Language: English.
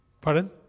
Pardon